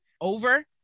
over